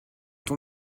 ton